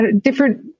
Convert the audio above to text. different